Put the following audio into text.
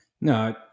no